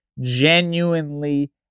genuinely